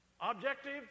objective